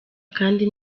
kandi